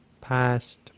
past